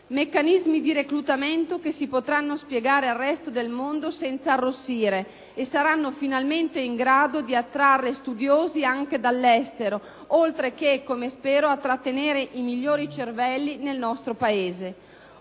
meccanismi di reclutamento, che si potranno spiegare al resto del mondo senza arrossire e che saranno finalmente in grado di attrarre studiosi anche dall'estero (oltre che, come spero, di trattenere i migliori cervelli nel nostro Paese).